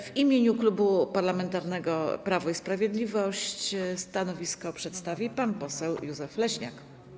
W imieniu Klubu Parlamentarnego Prawo i Sprawiedliwość stanowisko przedstawi pan poseł Józef Leśniak.